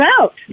out